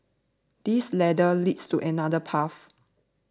this ladder leads to another path